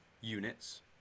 units